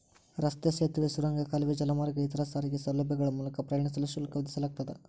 ರಸ್ತೆ ಸೇತುವೆ ಸುರಂಗ ಕಾಲುವೆ ಜಲಮಾರ್ಗ ಇತರ ಸಾರಿಗೆ ಸೌಲಭ್ಯಗಳ ಮೂಲಕ ಪ್ರಯಾಣಿಸಲು ಶುಲ್ಕ ವಿಧಿಸಲಾಗ್ತದ